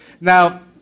Now